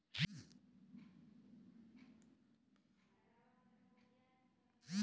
ऋण क दूठे पार्टी होला लेनदार आउर देनदार